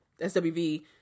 SWV